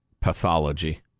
pathology